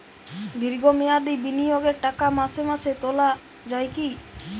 দীর্ঘ মেয়াদি বিনিয়োগের টাকা মাসে মাসে তোলা যায় কি?